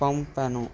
pompano